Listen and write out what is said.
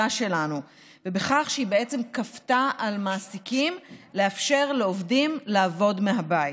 שלנו בכך שהיא בעצם כפתה על מעסיקים לאפשר לעובדים לעבוד מהבית.